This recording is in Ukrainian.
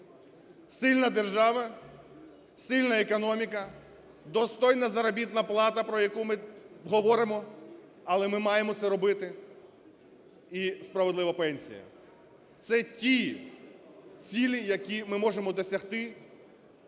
Сильна держава, сильна економіка, достойна заробітна плата, про яку ми говоримо, але ми маємо це робити, і справедлива пенсія. Це ті цілі, які ми можемо досягти,